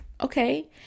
Okay